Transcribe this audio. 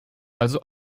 also